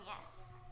yes